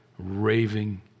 raving